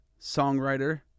songwriter